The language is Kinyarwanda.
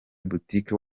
boutique